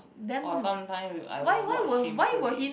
or sometime I will watch him play